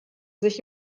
sich